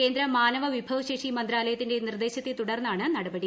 കേന്ദ്ര മാനവവിഭവശേഷി മന്ത്രാലയത്തിന്റെ നിർദേശത്തെ തുടർന്നാണ് നടപടി